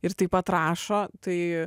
ir taip pat rašo tai